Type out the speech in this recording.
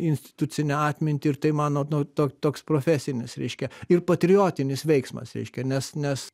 institucinę atmintį ir tai mano nu to toks profesinis reiškia ir patriotinis veiksmas reiškia nes nes